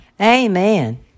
Amen